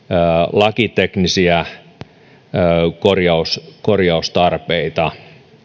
lakiteknisiä korjaustarpeita